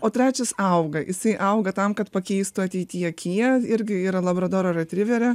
o trečias auga jisai auga tam kad pakeistų ateityje kiją irgi yra labradoro retriverė